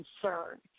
concern